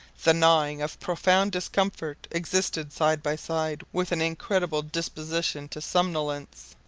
the gnawing of profound discomfort existed side by side with an incredible disposition to somnolence,